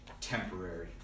temporary